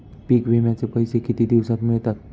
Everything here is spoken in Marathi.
पीक विम्याचे पैसे किती दिवसात मिळतात?